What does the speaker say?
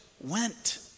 went